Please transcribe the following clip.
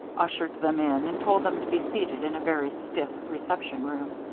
ushered them in, and told them to be seated in a very stiff reception-room,